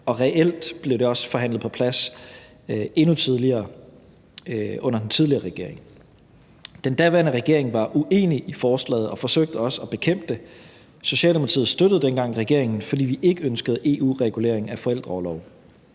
og reelt blev det også forhandlet på plads endnu tidligere, under den tidligere regering. Den daværende regering var uenig i forslaget og forsøgte også at bekæmpe det, og Socialdemokratiet støttede dengang regeringen, fordi vi ikke ønskede en EU-regulering af forældreorloven.